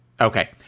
Okay